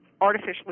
artificially